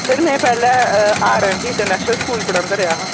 sir में पैह्ले R M G international school पढ़ादा रेहा हा